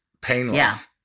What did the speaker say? painless